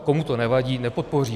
Komu to nevadí, nepodpoří to.